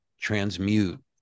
transmute